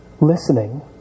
Listening